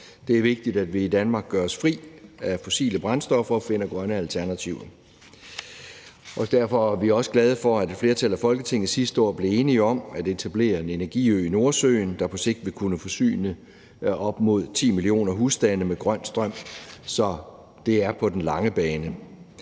Det er vigtigt, at vi i Danmark gør os fri af fossile brændstoffer og finder grønne alternativer. Derfor er vi også glade for, at et flertal i Folketinget sidste år blev enige om at etablere en energiø i Nordsøen, der på sigt vil kunne forsyne op mod 10 millioner husstande med grøn strøm – så det er på den lange bane.